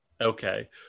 Okay